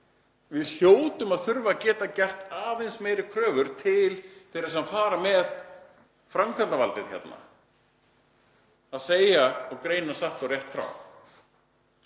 Við hljótum að þurfa að geta gert aðeins meiri kröfur til þeirra sem fara með framkvæmdarvaldið um að segja og greina satt og rétt frá.